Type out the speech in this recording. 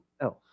else